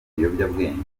ibiyobyabwenge